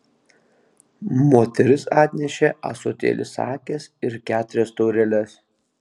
moteris atnešė ąsotėlį sakės ir keturias taureles